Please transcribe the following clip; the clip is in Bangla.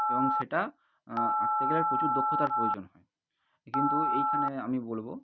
এবং সেটা আঁকতে গেলে প্রচুর দক্ষতার প্রয়োজন হয় কিন্তু এইখানে আমি বলবো